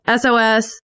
SOS